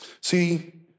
See